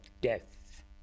death